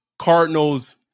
Cardinals